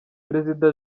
perezida